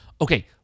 Okay